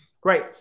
Great